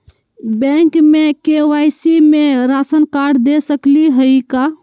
Bank में KYC में ration card दे सकली हई का?